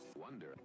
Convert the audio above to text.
wonder